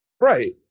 Right